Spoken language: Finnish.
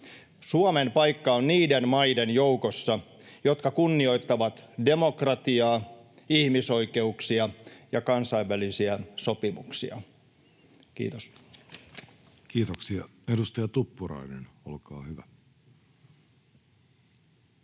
Suomen paikka on niiden maiden joukossa, jotka kunnioittavat demokratiaa, ihmisoikeuksia ja kansainvälisiä sopimuksia. — Kiitos. [Speech